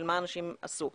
של מה אנשים עשו.